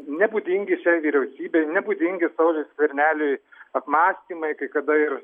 nebūdingi šiai vyriausybei nebūdingi sauliui skverneliui apmąstymai kai kada ir